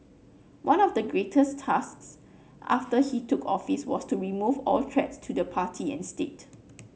one of the greatest tasks after he took office was to remove all threats to the party and state